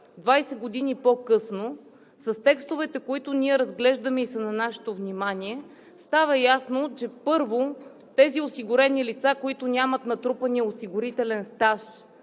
20 години по-късно, с текстовете, които разглеждаме и са на нашето внимание, става ясно, че първо, осигурените лица, които нямат натрупания осигурителен стаж,